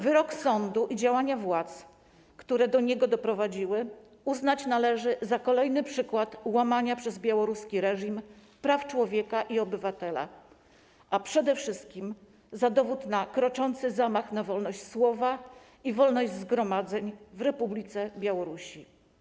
Wyrok sądu i działania władz, które do niego doprowadziły, uznać należy za kolejny przykład łamania przez białoruski reżim praw człowieka i obywatela, a przede wszystkim za dowód na kroczący zamach na wolność słowa i wolność zgromadzeń w Republice Białorusi.